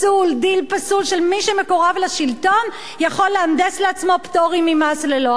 דיל פסול של מי שמקורב לשלטון ויכול להנדס לעצמו פטורים ממס ללא הגבלה.